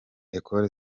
ecole